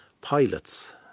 pilots